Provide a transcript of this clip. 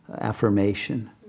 affirmation